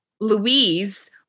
Louise